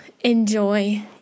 enjoy